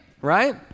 right